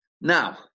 Now